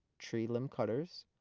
tree limb cutters,